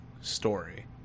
story